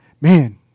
man